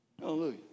Hallelujah